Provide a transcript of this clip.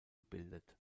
gebildet